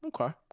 Okay